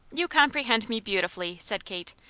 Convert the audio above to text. you comprehend me beautifully, said kate.